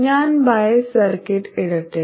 ഞാൻ bias circuit ഇടട്ടെ